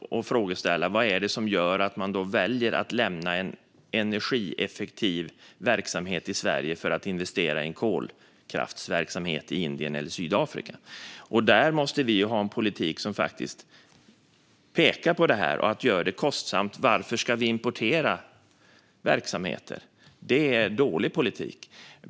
Vi måste fråga oss vad det är som gör att man väljer att lämna en energieffektiv verksamhet i Sverige för att investera i en kolkraftsverksamhet i Indien eller Sydafrika. Där måste vi ha en politik som pekar på detta och gör det kostsamt. Varför ska vi importera verksamheter? Det är dålig politik.